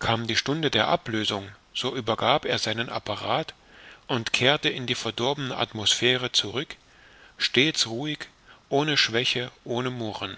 kam die stunde der ablösung so übergab er seinen apparat und kehrte in die verdorbene atmosphäre zurück stets ruhig ohne schwäche ohne murren